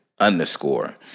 underscore